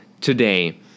today